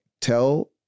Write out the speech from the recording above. tell